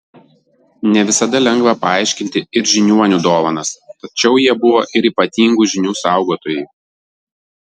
ne visada lengva paaiškinti ir žiniuonių dovanas tačiau jie buvo ir ypatingų žinių saugotojai